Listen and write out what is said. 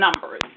numbers